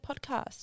podcast